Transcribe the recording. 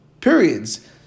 periods